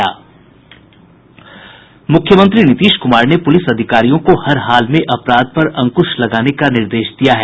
मुख्यमंत्री नीतीश कुमार ने पुलिस अधिकारियों को हर हाल में अपराध पर अंकुश लगाने का निर्देश दिया है